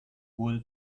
wurde